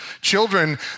children